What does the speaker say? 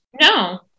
no